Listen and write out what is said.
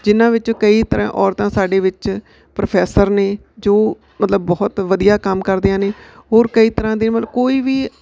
ਜਿਹਨਾਂ ਵਿੱਚੋਂ ਕਈ ਤਰਾਂ ਔਰਤਾਂ ਸਾਡੇ ਵਿੱਚ ਪ੍ਰੋਫੈਸਰ ਨੇ ਜੋ ਮਤਲਬ ਬਹੁਤ ਵਧੀਆ ਕੰਮ ਕਰਦੀਆਂ ਨੇ ਹੋਰ ਕਈ ਤਰ੍ਹਾਂ ਦੀਆਂ ਮਤਲਬ ਕੋਈ ਵੀ